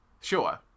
Sure